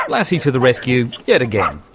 lassie to the rescue yet again.